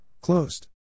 Closed